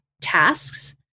tasks